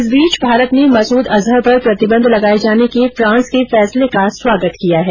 इस बीच भारत ने मसूद अजहर पर प्रतिबंध लगाए जाने के फ्रांस के फैसले का स्वागत किया है